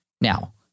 Now